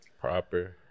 Proper